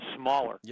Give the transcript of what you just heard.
smaller